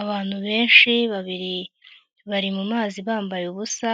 Abantu benshi babiri bari mu mazi bambaye ubusa